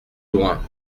loin